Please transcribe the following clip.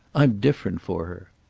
i'm different for her.